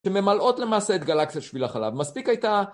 שממלאות למעשה את גלקסיית שביל החלב מספיק הייתה